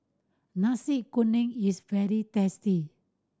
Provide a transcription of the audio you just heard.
Nasi Kuning is very tasty